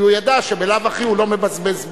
כי הוא ידע שבלאו הכי הוא לא מבזבז זמן.